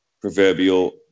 proverbial